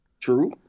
True